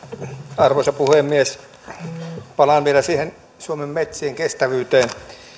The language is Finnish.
arvoisa puhemies palaan vielä suomen metsien kestävyyteen